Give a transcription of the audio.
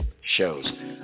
shows